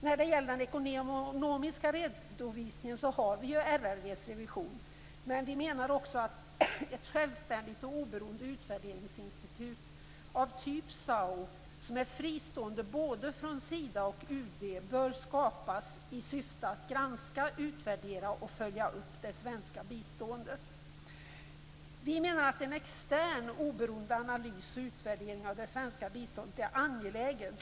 När det gäller den ekonomiska redovisningen har vi ju RRV:s revision, men vi menar också att ett självständigt och oberoende utvärderingsinstitut av typen SAU, som är fristående både från Sida och UD, bör skapas i syfte att granska, utvärdera och följa upp det svenska biståndet. Vi menar att det är angeläget med en extern oberoende analys och utvärdering av det svenska biståndet.